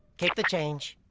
keep the change.